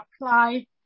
apply